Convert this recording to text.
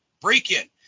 break-in